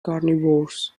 carnivores